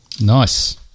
nice